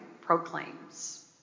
proclaims